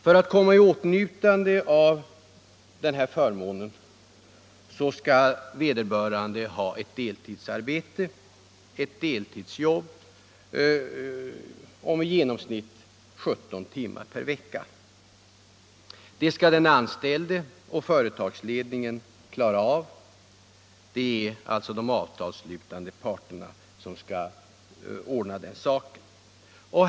För att komma i åtnjutande av denna förmån skall vederbörande ha ett deltidsarbete på i genomsnitt 17 timmar per vecka. Den anställde och företagsledningen — alltså de avtalsslutande parterna — skall ordna denna sak.